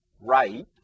right